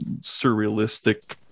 surrealistic